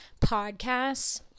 podcasts